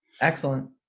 Excellent